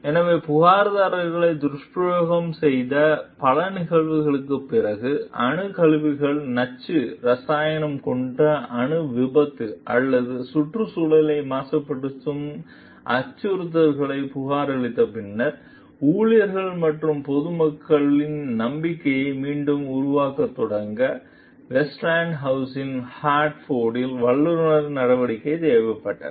எனவே புகார்தாரர்களை துஷ்பிரயோகம் செய்த பல நிகழ்வுகளுக்குப் பிறகு அணுக்கழிவுகளில் நச்சு இரசாயனங்கள் கொண்ட அணு விபத்து அல்லது சுற்றுச்சூழலை மாசுபடுத்தும் அச்சுறுத்தல்களைப் புகாரளித்த பின்னர் ஊழியர்கள் மற்றும் பொதுமக்களின் நம்பிக்கையை மீண்டும் உருவாக்கத் தொடங்க வெஸ்டிங்ஹவுஸ் ஹான்போர்டில் வலுவான நடவடிக்கைகள் தேவைப்பட்டன